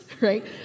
right